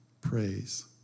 praise